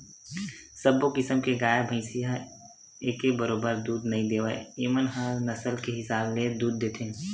सब्बो किसम के गाय, भइसी ह एके बरोबर दूद नइ देवय एमन ह नसल के हिसाब ले दूद देथे